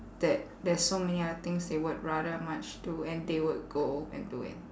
that there's so many other things they would rather much do and they would go and do it